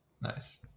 Nice